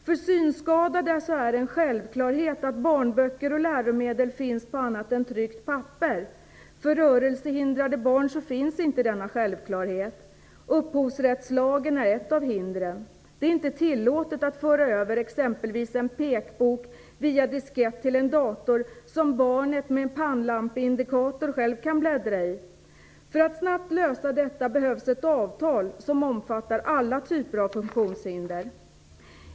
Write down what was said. För synskadade är det en självklarhet att barnböcker och läromedel finns på annat än tryckt papper. För rörelsehindrade barn finns inte denna självklarhet. Upphovsrättslagen är ett av hindren. Det är inte tillåtet att föra över exempelvis en pekbok via diskett till en dator som barnet med pannlampeindikator själv kan bläddra i. För att snabbt lösa detta behövs ett avtal som omfattar alla typer av funktionshinder.